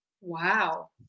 Wow